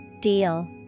Deal